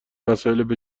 وسایلارو